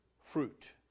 fruit